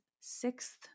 sixth